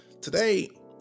today